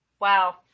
wow